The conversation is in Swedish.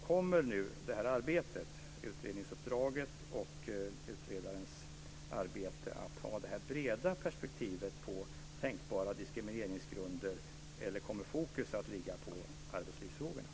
Kommer det här arbetet, utredningsuppdraget och utredarens arbete att ha det här breda perspektivet på tänkbara diskrimineringsgrunder, eller kommer fokus att ligga på arbetslivsfrågorna?